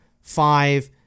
five